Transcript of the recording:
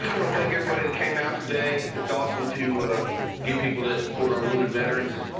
wanna thank everybody that came out today. it's awesome to get people that support our wounded veterans.